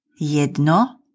jedno